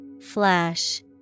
Flash